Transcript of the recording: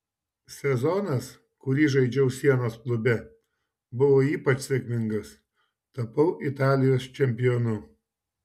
sezonas kurį žaidžiau sienos klube buvo ypač sėkmingas tapau italijos čempionu